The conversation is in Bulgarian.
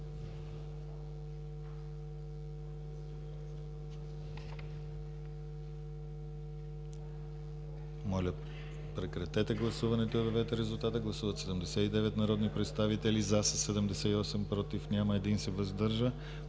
Моля прекратете гласуването и обявете резултата. Гласували 76 народни представители: за 69, против няма, въздържали